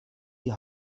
die